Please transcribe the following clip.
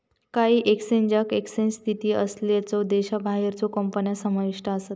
काही एक्सचेंजात एक्सचेंज स्थित असलेल्यो देशाबाहेरच्यो कंपन्या समाविष्ट आसत